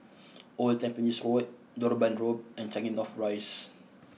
old Tampines Road Durban Road and Changi North Rise